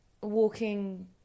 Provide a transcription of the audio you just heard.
walking